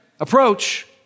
approach